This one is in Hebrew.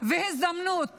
והזדמנות